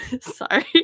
sorry